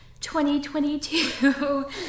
2022